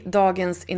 dagens